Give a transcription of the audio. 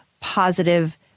positive